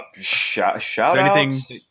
Shout-outs